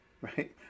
right